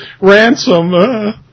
ransom